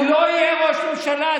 הוא לא יהיה ראש ממשלה.